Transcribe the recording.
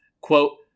quote